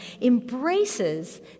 embraces